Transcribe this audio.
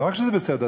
ולא רק שזה בסדר,